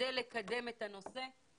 כדי לקדם את הנושא,